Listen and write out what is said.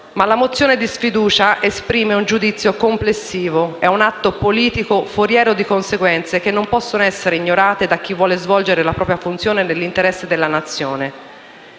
Ma la mozione di sfiducia esprime un giudizio complessivo, è un atto politico foriero di conseguenze che non possono essere ignorate da chi vuole svolgere la propria funzione nell'interesse della Nazione.